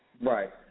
Right